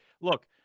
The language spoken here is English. look